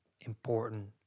important